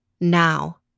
now